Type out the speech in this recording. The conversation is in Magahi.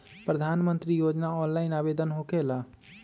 प्रधानमंत्री योजना ऑनलाइन आवेदन होकेला?